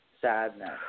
sadness